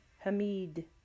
Hamid